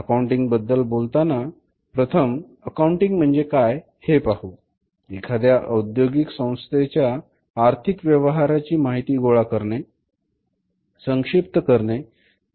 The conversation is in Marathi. अकाउंटिंग बद्दल बोलताना प्रथम अकाउंटिंग म्हणजे काय हे पाहू एखाद्या औद्योगिक संस्थेच्या आर्थिक व्यवहारांची माहिती गोळा करणे संक्षिप्त करणे